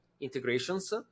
integrations